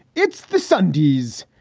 it's the sundays,